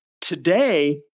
Today